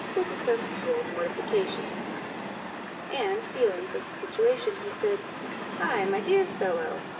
was a sensible mortification to him and, feeling for his situation, he said ay, my dear fellow,